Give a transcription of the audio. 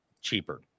cheaper